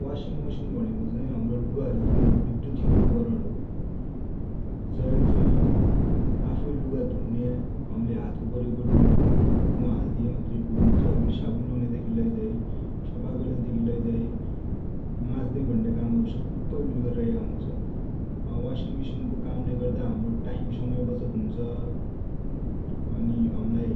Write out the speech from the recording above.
Washing machine भनेको चाइ हम्रो लुगा हरु धुने एक बिधुतिय उपकरण हो। जैले चाइ आफु लुगा हरु धुने हमिले हात लगौनु नाइ पड्डू, हमिले त्या हाल्दिया मात्रै पुगन्छ। उइले साबुन लगौने देखि लैझाइ सफा गर्ने देखि लैझाइ ,माझ्ने देखि लैझाइ सब्बै उइले गरिरहेको हुछ। वासिङ मेसिन को काम ले गर्दा हमरो टाइम समय बचत हुन्छ । अनि हम्लाइ